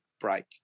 break